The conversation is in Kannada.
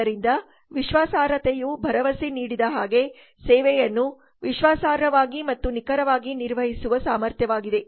ಆದ್ದರಿಂದ ವಿಶ್ವಾಸಾರ್ಹತೆಯು ಭರವಸೆ ನೀಡಿದ ಹಾಗೆ ಸೇವೆಯನ್ನು ವಿಶ್ವಾಸಾರ್ಹವಾಗಿ ಮತ್ತು ನಿಖರವಾಗಿ ನಿರ್ವಹಿಸುವ ಸಾಮರ್ಥ್ಯವಾಗಿದೆ